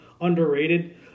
underrated